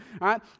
right